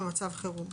במצב חירום.